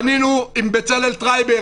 בנינו עם בצלאל טרייבר,